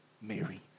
Mary